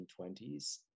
1920s